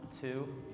two